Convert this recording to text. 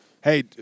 Hey